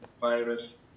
virus